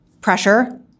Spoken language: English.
pressure